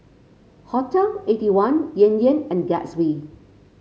Hotel Eighty one Yan Yan and Gatsby